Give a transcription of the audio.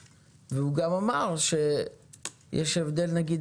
גם בנק ישראל שיישב ויעבוד יומם ולילה.